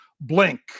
blink